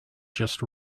just